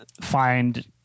find